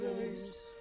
face